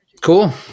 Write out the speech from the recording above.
Cool